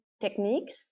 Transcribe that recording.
techniques